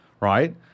right